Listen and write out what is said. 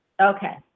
okay